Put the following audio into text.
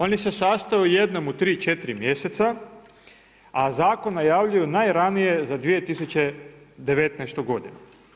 Oni se sastaju jednom u 3, 4 mjeseca, a zakon najavljuju najranije za 2019. godinu.